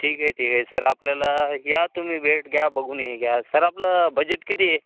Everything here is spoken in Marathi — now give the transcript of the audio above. ठीक ठीक आहे सर आपल्याला या तुम्ही वेट घ्या बघून हे घ्या सर आपलं बजेट किती आहे